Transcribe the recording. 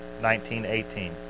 1918